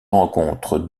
rencontre